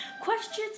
Questions